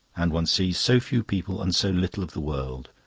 and one sees so few people and so little of the world.